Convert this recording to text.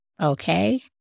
okay